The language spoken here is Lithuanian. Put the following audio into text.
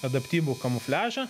adaptyvų kamufliažą